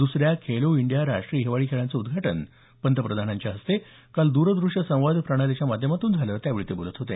द्सऱ्या खेलो इंडिया राष्ट्रीय हिवाळी खेळांचं उद्घाटन पंतप्रधानांच्या हस्ते द्रदृश्य संवाद प्रणालीच्या माध्यमातून झालं त्यावेळी ते बोलत होते